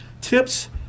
tips